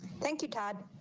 thank you, todd.